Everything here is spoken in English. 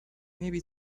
maybe